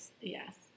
Yes